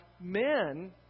men